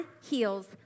Heals